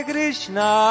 Krishna